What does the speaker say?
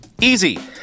Easy